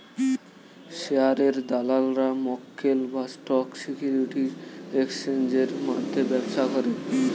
শেয়ারের দালালরা মক্কেল বা স্টক সিকিউরিটির এক্সচেঞ্জের মধ্যে ব্যবসা করে